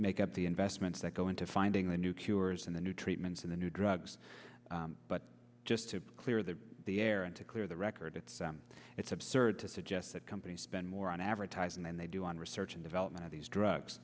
make up the investments that go into finding the new cures and the new treatments and the new drugs but just to clear the the air and to clear the record it's it's absurd to suggest that companies spend more on advertising than they do on research and development of these drugs